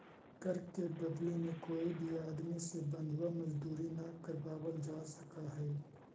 कर के बदले में कोई भी आदमी से बंधुआ मजदूरी न करावल जा सकऽ हई